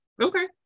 Okay